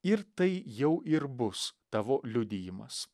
ir tai jau ir bus tavo liudijimas